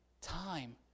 Time